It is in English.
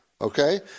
okay